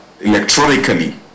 electronically